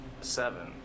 Seven